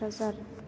Kokrajhar